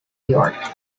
york